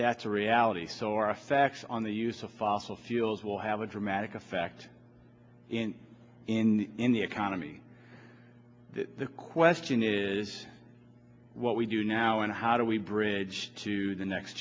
that's a reality so our effects on the use of fossil fuels will have a dramatic effect in in the economy the question is what we do now and how do we bridge to the next